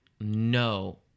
no